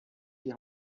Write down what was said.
die